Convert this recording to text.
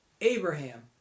Abraham